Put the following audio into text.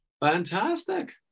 Fantastic